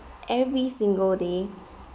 every single day